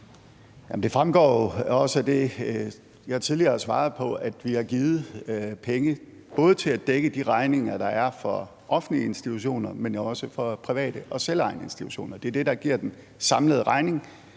Det fremgår jo også af det, jeg tidligere har svaret, at vi har givet penge til at dække de regninger, der er både for offentlige institutioner, men også for private og selvejende institutioner. Det er det, der giver den samlede regning,